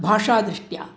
भाषादृष्ट्या